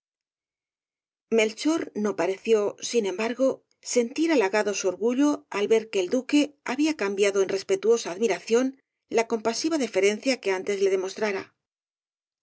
melchor no pareció sin embargo sentir halagado su orgullo al ver que el duque había cambiado en respetuosa admiración la compasiva deferencia que antes le demostrara